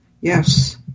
Yes